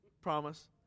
promise